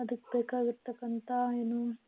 ಅದಕ್ಕೆ ಬೇಕಾಗಿರತಕ್ಕಂಥ ಏನು